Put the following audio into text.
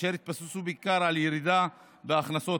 אשר התבססו בעיקר על ירידה בהכנסות.